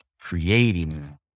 creating